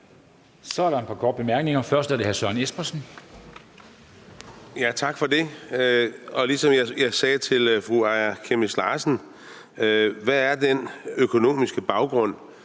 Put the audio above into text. Så er der et par korte bemærkninger. Først er det hr. Søren Espersen. Kl. 20:30 Søren Espersen (DF): Tak for det. Ligesom jeg sagde til fru Aaja Chemnitz Larsen: Hvad er den økonomiske baggrund,